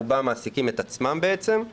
רובם מעסיקים את עצמם הם